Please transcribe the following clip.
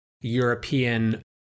European